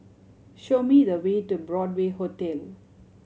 show me the way to Broadway Hotel